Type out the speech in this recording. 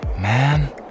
Man